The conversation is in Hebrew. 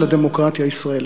של הדמוקרטיה הישראלית.